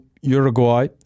Uruguay